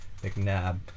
McNabb